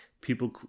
People